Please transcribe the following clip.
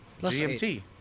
GMT